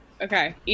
Okay